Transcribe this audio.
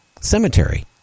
cemetery